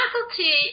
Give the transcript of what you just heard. faculty